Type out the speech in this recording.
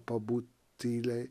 pabūt tyliai